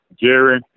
Jerry